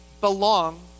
belong